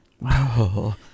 Wow